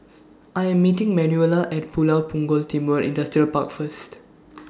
I Am meeting Manuela At Pulau Punggol's Timor Industrial Park First